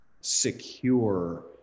secure